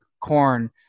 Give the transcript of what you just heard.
corn